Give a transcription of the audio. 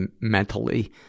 mentally